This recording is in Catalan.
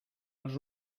els